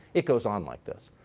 it goes on like this.